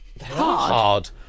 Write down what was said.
hard